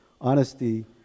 honesty